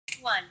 One